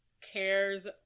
cares